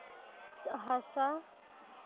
ᱦᱟᱥᱟ